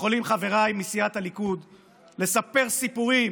יכולים חבריי מסיעת הליכוד לספר סיפורים